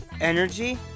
Energy